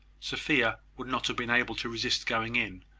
sophia would not have been able to resist going in,